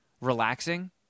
relaxing